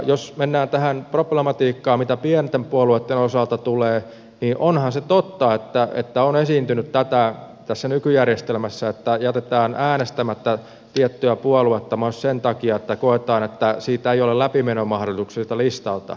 jos mennään tähän problematiikkaan mitä pienten puolueitten osalta tulee niin onhan se totta että tässä nykyjärjestelmässä on esiintynyt tätä että jätetään äänestämättä tiettyä puoluetta mahdollisesti sen takia että koetaan että ei ole läpimenomahdollisuuksia siltä listalta